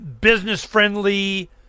business-friendly